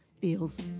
feels